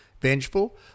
vengeful